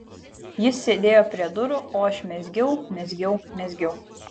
jis sėdėjo prie durų o aš mezgiau mezgiau mezgiau